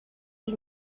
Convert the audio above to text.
die